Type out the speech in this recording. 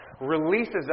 releases